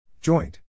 Joint